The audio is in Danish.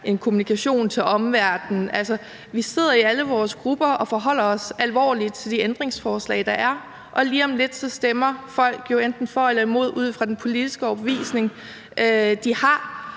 en kommunikation til omverdenen. Altså, vi sidder i alle vores grupper og forholder os alvorligt til de ændringsforslag, der er, og lige om lidt stemmer folk jo enten for eller imod ud fra den politiske overbevisning, de har.